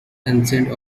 ancient